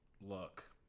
look